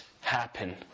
happen